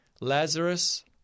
Lazarus